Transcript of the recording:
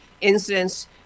incidents